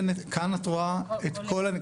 כאן את רואה את כל הנתונים.